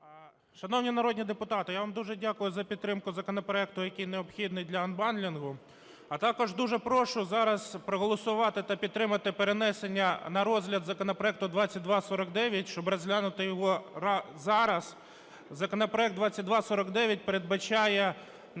Шановні народні депутати, я вам дуже дякую за підтримку законопроекту, який необхідний для анбандлінгу. А також дуже прошу зараз проголосувати та підтримати перенесення на розгляд законопроекту 2249, щоб розглянути його зараз. Законопроект 2249 передбачає